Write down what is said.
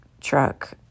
truck